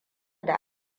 da